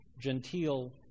genteel